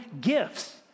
gifts